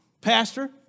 Pastor